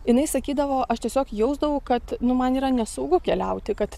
jinai sakydavo aš tiesiog jausdavau kad nu man yra nesaugu keliauti kad